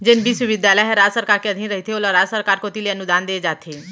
जेन बिस्वबिद्यालय ह राज सरकार के अधीन रहिथे ओला राज सरकार कोती ले अनुदान देय जाथे